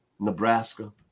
Nebraska